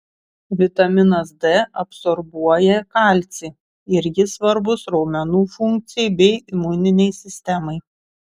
vitaminas d absorbuoja kalcį ir jis svarbus raumenų funkcijai bei imuninei sistemai